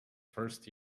first